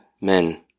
men